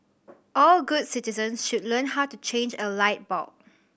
all good citizens should learn how to change a light bulb